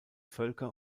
völker